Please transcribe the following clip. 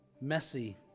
messy